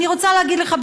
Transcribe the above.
ואני רוצה להגיד לך,